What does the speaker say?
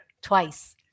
twice